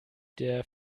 der